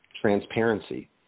transparency